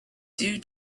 due